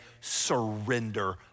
surrender